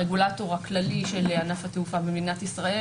הרגולטור הכללי של ענף התעופה במדינת ישראל,